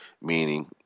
meaning